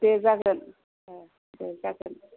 दे जागोन औ दे जागोन